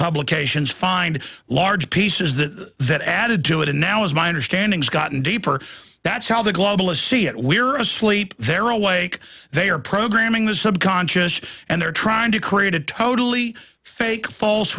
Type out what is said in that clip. publications find large pieces that that added to it and now as my understanding has gotten deeper that's how the globalists see it we're asleep they're awake they are programming the subconscious and they're trying to create a totally fake false